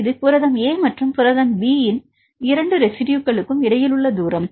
இது புரதம் a மற்றும் புரத b இன் 2 ரெஸிட்யுகளுக்கும் இடையில் உள்ள தூரம்